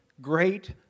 great